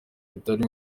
bitari